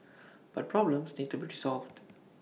but problems need to be resolved